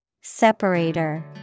Separator